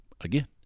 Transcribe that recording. Again